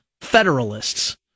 Federalists